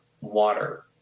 water